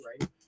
right